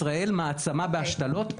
ישראל מעצמה בהשתלות.